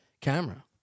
camera